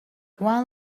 while